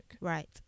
Right